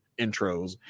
intros